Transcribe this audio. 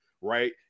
right